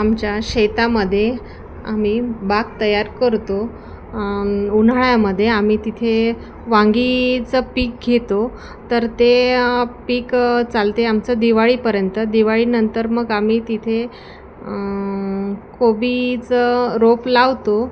आमच्या शेतामध्ये आम्ही बाग तयार करतो उन्हाळ्यामध्ये आम्ही तिथे वांगीचं पीक घेतो तर ते पीक चालते आमचं दिवाळीपर्यंत दिवाळीनंतर मग आम्ही तिथे कोबीचं रोप लावतो